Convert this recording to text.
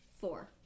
four